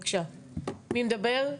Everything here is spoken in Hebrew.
בבקשה, מי מדבר?